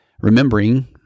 remembering